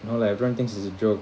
no lah everyone thinks it's a joke